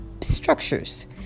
structures